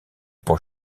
pour